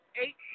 eight